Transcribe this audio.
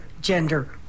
gender